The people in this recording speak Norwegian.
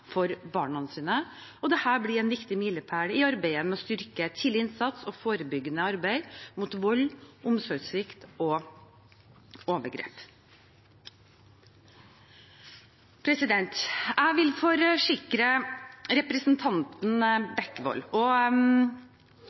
for barna sine. Dette blir en viktig milepæl i arbeidet med å styrke tidlig innsats og forebyggende arbeid mot vold, omsorgssvikt og overgrep. Jeg vil forsikre representanten Bekkevold og